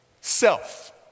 Self